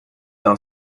d’un